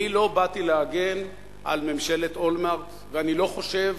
אני לא באתי להגן על ממשלת אולמרט ואני לא חושב